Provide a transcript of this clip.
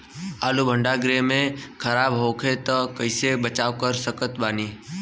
आलू भंडार गृह में खराब होवे से कइसे बचाव कर सकत बानी?